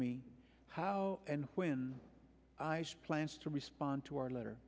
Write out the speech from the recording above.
me how and when i supplants to respond to our letter